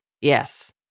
Yes